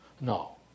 No